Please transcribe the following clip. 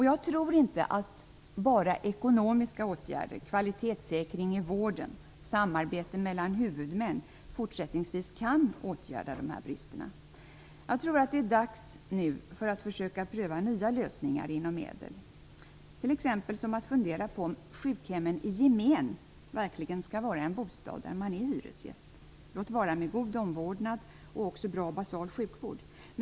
Jag tror inte att bara ekonomiska åtgärder, som kvalitetssäkring i vården och samarbete mellan huvudmän, fortsättningsvis kan åtgärda dessa brister. Jag tror att det nu är dags att pröva nya lösningar inom ÄDEL-reformen. Man kunde t.ex. fundera på om ett sjukhem i gemen verkligen skall vara en bostad där man är hyresgäst, låt vara med god omvårdnad och bra basal sjukvård.